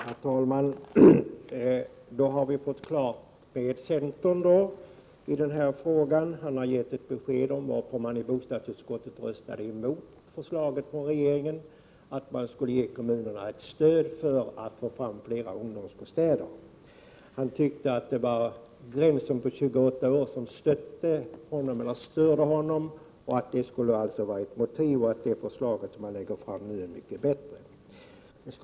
Herr talman! Nu har vi fått ett klart besked från centern i denna fråga. Agne Hansson har gett besked om varför centern i bostadsutskottet röstade emot regeringens förslag om att man skulle ge kommunerna ett stöd för att få fram fler ungdomsbostäder. Agne Hansson tyckte att gränsen vid 28 år störde honom. Det skulle alltså vara ett motiv. Det förslag centern nu lägger fram är mycket bättre, menar han.